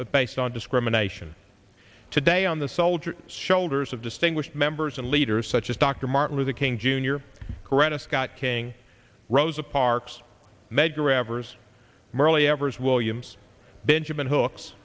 but based on discrimination today on the soldiers shoulders of distinguished members and leaders such as dr martin luther king jr khurana scott king rosa parks medgar evers murli evers williams benjamin hooks